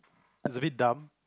it's abit dumb